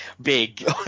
big